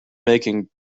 making